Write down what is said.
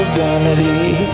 vanity